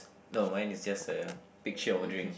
no mine is just a picture of a drink